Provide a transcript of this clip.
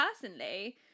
personally